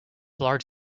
large